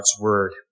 word